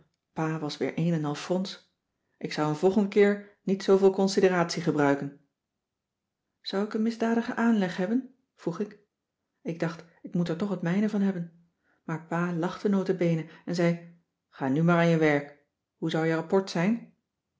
pa was weer een en al frons ik zou een volgend keer niet zooveel consideratie gebruiken zou ik een misdadigen aanleg hebben vroeg ik ik dacht ik moet er toch het mijne van hebben maar pa lachte nota bene en zei ga nu maar aan je werk hoe zou je rapport zijn